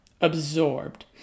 absorbed